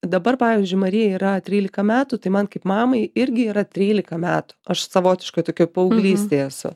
dabar pavyzdžiui marijai yra trylika metų tai man kaip mamai irgi yra trylika metų aš savotiškoj tokioj paauglystėj esu